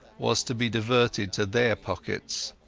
was to be diverted to their pockets.